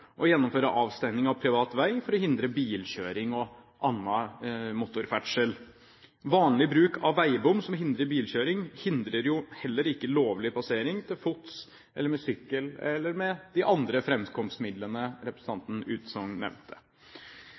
å gjennomføre avstenging av privat vei for å hindre bilkjøring og annen motorferdsel. Vanlig bruk av veibom som hindrer bilkjøring, hindrer jo heller ikke lovlig passering, til fots eller med sykkel eller de andre framkomstmidlene representanten Utsogn nevnte.